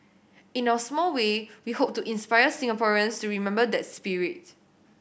in our small way we hope to inspire Singaporeans to remember that spirit